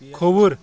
کھووُر